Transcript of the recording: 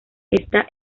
esta